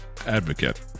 advocate